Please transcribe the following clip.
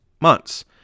months